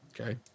Okay